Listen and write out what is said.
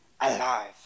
alive